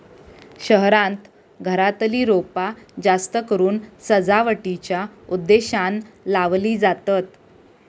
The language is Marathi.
शहरांत घरातली रोपा जास्तकरून सजावटीच्या उद्देशानं लावली जातत